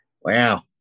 Wow